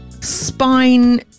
spine